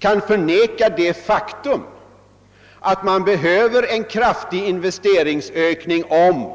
Det är helt enkelt ett faktum att det behövs en kraftig investeringsökning, om